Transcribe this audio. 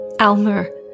Almer